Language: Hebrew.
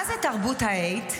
מה זה תרבות ה-hate?